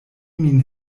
min